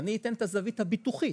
אני אתן את הזווית הביטוחית: